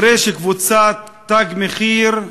אחרי שקבוצת "תג מחיר"